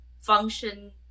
function